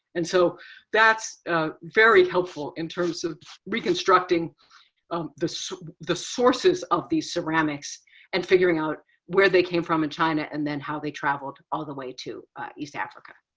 and so that's very helpful in terms of reconstructing um the so the sources of these ceramics and figuring out where they came from in china, and then how they traveled all the way to east africa.